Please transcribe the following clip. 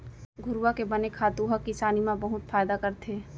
घुरूवा के बने खातू ह किसानी म बहुत फायदा करथे